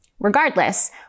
Regardless